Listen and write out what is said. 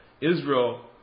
Israel